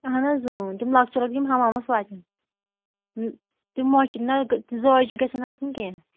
اہن حظ تِم لۄکچہِ لۄکچہِ یِم ہَمامَس واتن تِم حظ چھِ زٲوجہِ گژھن آسٕنۍ کینٛہہ